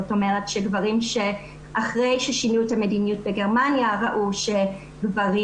זאת אומרת שאחרי ששינו את המדיניות בגרמניה ראו שגברים